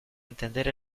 entender